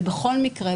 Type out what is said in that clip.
ובכל מקרה,